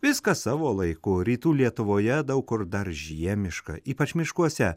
viską savo laiku rytų lietuvoje daug kur dar žiemiška ypač miškuose